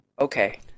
Okay